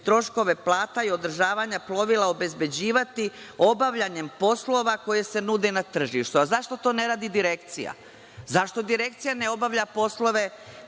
troškove plata i održavanja plovila obezbeđivati obavljanjem poslova koja se nude na tržištu. Zašto to ne radi direkcija? Zašto direkcija ne obavlja poslove